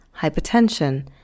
hypertension